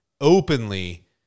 openly